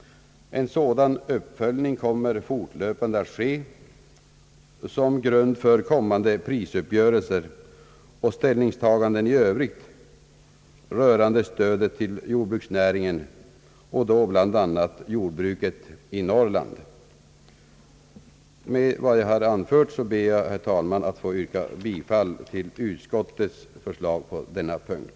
En sådan uppföljning kommer fortlöpande att ske som grund för kommande prisuppgörelser och ställningstaganden i övrigt rörande stödet till jordbruksnäringen och då bl.a. jordbruket i Norrland. Med det anförda ber jag, herr talman, att få yrka bifall till utskottets förslag på denna punkt.